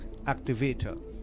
activator